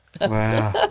Wow